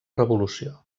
revolució